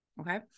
okay